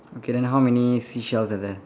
okay then how many seashells are there